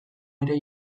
ere